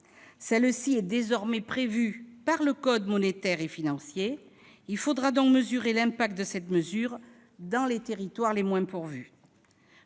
Celle-ci est désormais prévue par le code monétaire et financier. Il faudra mesurer l'impact de cette mesure dans les territoires les moins bien pourvus.